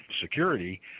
security